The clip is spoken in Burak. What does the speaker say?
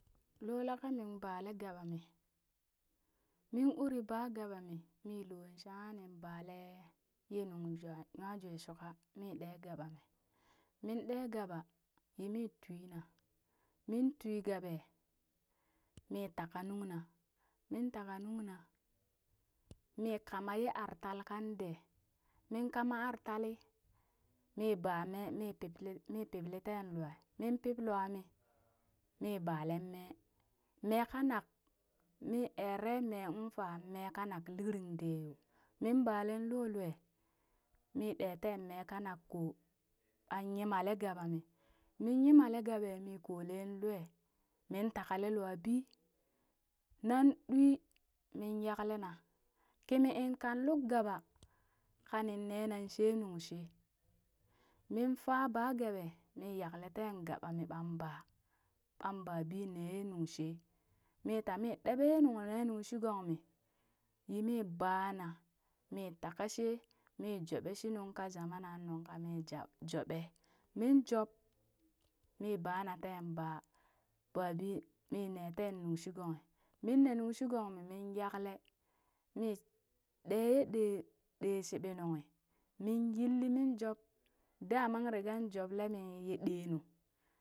Loo la ka min bale gabami min uri ba gabami min loo shanka min balee yeenung jwa nywa jwee shuka, mi ɗe gaba mii, min ɗe gaba yimi twina min twi gaba, mi taka nungna min taka nunna mi kama yee artal kan dee min kama artalli mii baa mee, mee mi. Pipli mi pipli teen lwaa min piplwaa mi mi balen mee, mee kanak mii eree meeŋ faa mee kanak lirin dee yoo, min baleen loo lwaa mi ɗe teen mee kanak koo, baan yimalee gabami min yimale gabe mi kolen lwaa min takale lwaa bii nan dwi min yaklena kimi inkan luk gaba kanin nenan shee nuŋ shee, min faa baa gabaa mi yakle teen gaba mi baan baa, ɓam babi ne ye nungshee mi tami ɗeɓe ye nung ne nuŋ shi gong mi, yi mi baa na mi taka shee mii joɓe shi nunka jamana nungka mi jab joɓe, min job, mi bana teen baa, babi mine teen nungshi gonghi, min ne nungshi gongmi min yakle, mi ɗe ye ɗee ɗee shiɓi nunghi, min yiili min job, daman ringan joble mi ye ɗee nu.